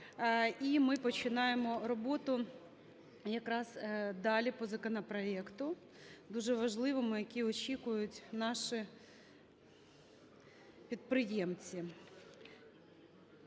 І ми починаємо роботу якраз далі по законопроекту дуже важливому, який очікують наші підприємці.